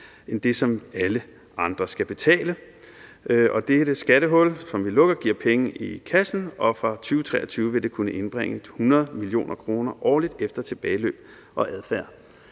end det, som alle andre skal betale. Dette skattehul, som vi lukker, giver penge i kassen, og fra 2023 vil det kunne indbringe 100 mio. kr. årligt efter tilbageløb og adfærd.